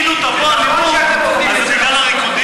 אם תהיה אלימות אז זה בגלל הריקודים?